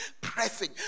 pressing